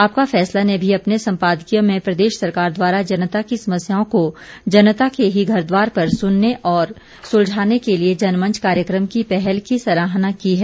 आपका फैसला ने भी अपने सम्पादकीय में प्रदेश सरकार द्वारा जनता की समस्याओं को जनता के ही घर द्वार पर सुनने और सुलझाने के लिये जनमंच कार्यक्रम की पहल की सराहना की है